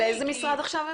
איזה משרד עכשיו הם?